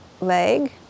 leg